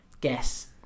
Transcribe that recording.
guess